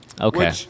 Okay